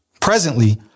Presently